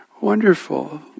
Wonderful